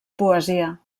poesia